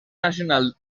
nacional